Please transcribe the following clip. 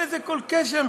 אין לזה כל קשר,